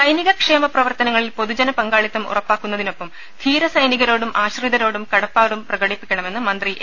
സൈനിക ക്ഷേമ പ്രവർത്തനങ്ങളിൽ പൊതുജന പങ്കാളിത്തം ഉറപ്പാക്കുന്നതിനൊപ്പം ധീര സൈനികരോടും ആശ്രിതരോടും കടപ്പാടും പ്രകടിപ്പിക്കണമെന്ന് മന്ത്രി എ